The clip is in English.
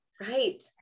right